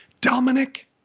Dominic